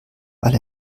weil